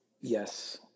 Yes